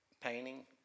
painting